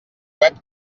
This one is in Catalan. web